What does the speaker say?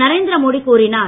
நரேந்திரமோடி கூறினார்